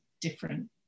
different